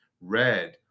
red